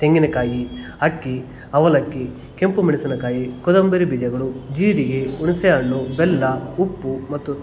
ತೆಂಗಿನಕಾಯಿ ಅಕ್ಕಿ ಅವಲಕ್ಕಿ ಕೆಂಪು ಮೆಣಸಿನಕಾಯಿ ಕೊತ್ತಂಬರಿ ಬೀಜಗಳು ಜೀರಿಗೆ ಹುಣಸೆಹಣ್ಣು ಬೆಲ್ಲ ಉಪ್ಪು ಮತ್ತು